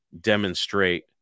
demonstrate